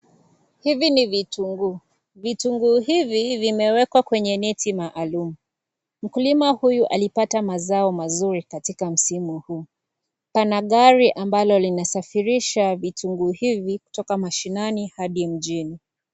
Hivi ni vitunguu vitunguu hivi vimewekwa kwenye neti maalum mkulima huyu alipata mazao mazuri katika msimu huu. Pana gari ambalo linasafirisha vitunguu hivi kutoka mashinani hadi mjini.